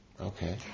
Okay